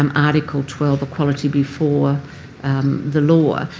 um article twelve, equality before the law,